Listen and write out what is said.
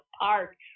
park